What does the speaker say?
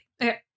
Okay